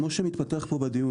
כמו שזה מתפתח כאן בדיון,